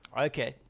Okay